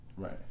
Right